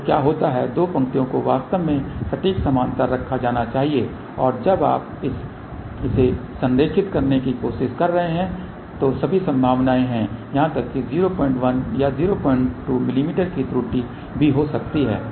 तो क्या होता है दो पंक्तियों को वास्तव में सटीक समानांतर रखा जाना चाहिए और जब आप इसे संरेखित करने की कोशिश कर रहे हैं तो सभी संभावनाएं हैं यहां तक कि 01 या 02 मिमी की त्रुटि भी हो सकती है